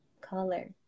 color